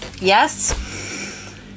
yes